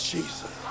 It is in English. Jesus